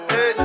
Hey